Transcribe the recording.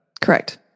correct